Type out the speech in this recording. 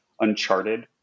Uncharted